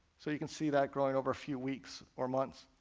so you can see that growing over a few weeks or months.